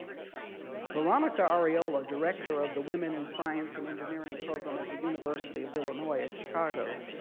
veronica arreola, director of the women in science and engineering program at the university of illinois at chicago,